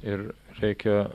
ir reikia